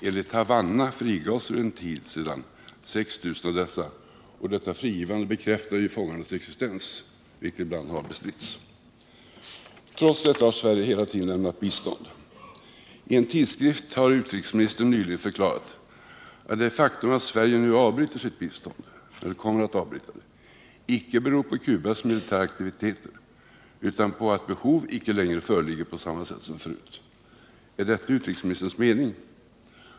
Enligt Havanna frigavs för en tid sedan 6 000 av dessa. Detta frigivande bekräftar fångarnas existens, vilket ibland har bestridits. Trots dessa förhållanden har Sverige hela tiden lämnat bistånd. I en tidskrift har utrikesministern Hans Blix nyligen förklarat att det faktum att Sverige nu kommer att avbryta sitt bistånd icke beror på Cubas militära aktiviteter utan på att behov inte längre föreligger på samma sätt som förut. Är detta utrikesministerns mening?